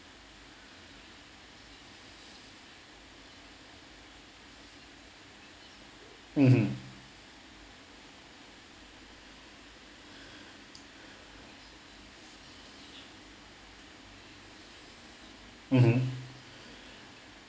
mmhmm mmhmm